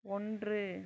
ஒன்று